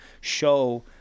show